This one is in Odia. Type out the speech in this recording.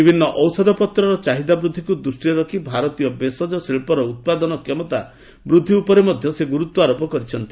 ବିଭିନ୍ନ ଔଷଧପତ୍ରର ଚାହିଦା ବୃଦ୍ଧିକୁ ଦୃଷ୍ଟିରେ ରଖି ଭାରତୀୟ ଭେଷଜ ଶିଳ୍ପର ଉତ୍ପାଦନ କ୍ଷମତା ବୃଦ୍ଧି ଉପରେ ମଧ୍ୟ ସେ ଗୁରୁତ୍ୱାରୋପ କରିଛନ୍ତି